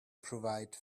provide